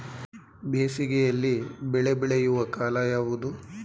ಬೇಸಿಗೆ ಯಲ್ಲಿ ಬೆಳೆ ಬೆಳೆಯುವ ಕಾಲ ಯಾವುದು?